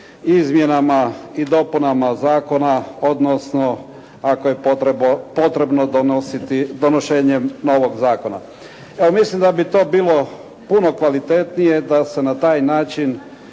izmjenama i dopunama zakona, odnosno ako je potrebno donositi donošenjem novog zakona. Evo mislim da bi to bilo puno kvalitetnije da se na taj način